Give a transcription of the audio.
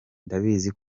ndabizi